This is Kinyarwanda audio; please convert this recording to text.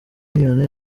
vianney